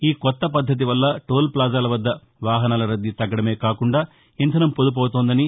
ఈ కొత్త పద్దతి వల్ల టోల్ఫ్లాజాల వద్ద వాహనాల రద్దీ తగ్గడమే కాకుండా ఇంధనం పొదుపు అవుతోందని